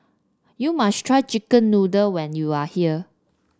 you must try chicken noodle when you are here